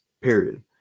period